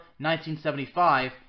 1975